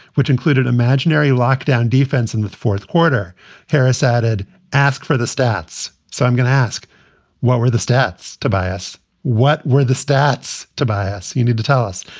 which included imaginary lockdown defense in the fourth quarter harris added ask for the stats. so i'm going to ask what were the stats? tobias what were the stats? tobias you need to tell us.